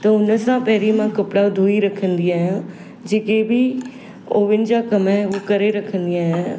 त हुन सां पहिरियों मां कपिड़ा धोई रखंदी आयां जेके बि ओवन जा कम आहे उहे करे रखंदी आहियां